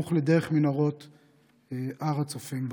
סמוך לדרך מנהרת הר הצופים בעיר.